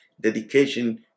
dedication